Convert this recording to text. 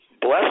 bless